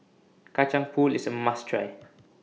Kacang Pool IS A must Try